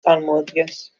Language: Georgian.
წარმოადგენს